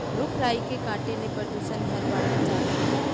रूख राई के काटे ले परदूसन हर बाढ़त जात हे